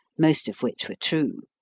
most of which were true.